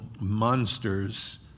monsters